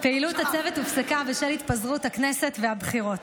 פעילות הצוות הופסקה בשל התפזרות הכנסת והבחירות.